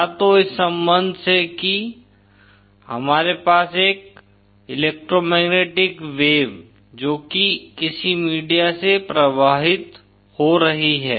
या तो इस संबंध से कि हमारे पास एक इलेक्ट्रोमैग्नेटिक वेव जो की किसी मीडिया से प्रवाहित हो रही है